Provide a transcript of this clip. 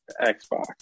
Xbox